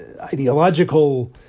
ideological